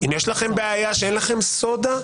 אם יש לכם בעיה שאין לכם סודה,